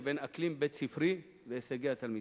בין אקלים בית-ספרי להישג התלמידים,